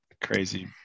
Crazy